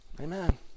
Amen